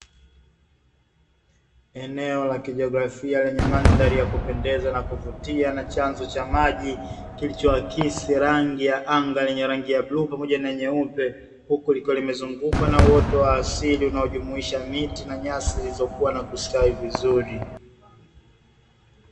Eneo kla kijiografia lenye mandhari ya kupendeza na kuvutia na chanzo cha maji, kilichoakisi rangi ya anga lenye rangi ya bluu pamoja na nyeupe, huku likiwa limezungukwa na uoto wa asili unaojumuisha miti na nyasi zilizokua na kustawi vizuri.